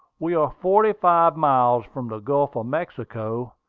we are forty-five miles from the gulf of mexico,